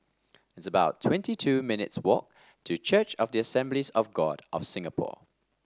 it's about twenty two minutes' walk to Church of the Assemblies of God of Singapore